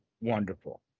wonderful